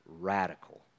radical